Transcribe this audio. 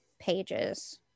pages